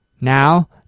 Now